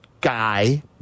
guy